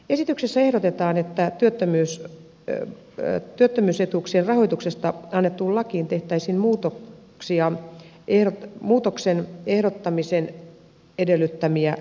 esityksessä ehdotetaan että työttömyysetuuksien rahoituksesta annettuun lakiin tehtäisiin muutoksen toteuttamisen edellyttämiä muutoksia